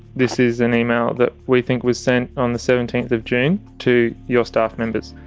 this is an email that we think was sent on the seventeenth of june to your staff members.